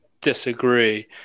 disagree